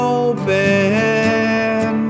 open